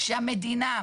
שהמדינה,